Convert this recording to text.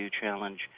challenge